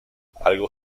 algo